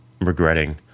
regretting